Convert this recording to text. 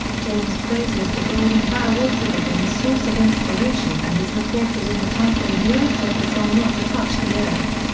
james frazer's the golden bough also became a source of inspiration and is reflected in the title and lyrics of the song not to touch the earth.